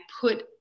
put